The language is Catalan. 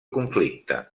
conflicte